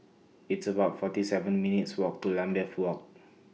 It's about forty seven minutes' Walk to Lambeth Walk